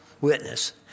witness